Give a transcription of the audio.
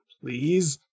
please